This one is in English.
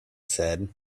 said